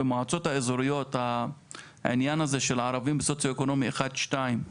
במועצות האזוריות העניין הזה של ערבים סוציואקונומי אחד או שתיים,